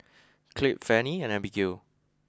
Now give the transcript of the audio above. Clabe Fannie and Abigale